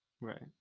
Right